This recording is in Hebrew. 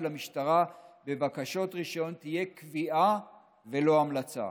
המשטרה בבקשות רישיון תהיה קביעה ולא המלצה.